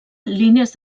línies